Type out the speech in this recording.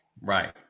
Right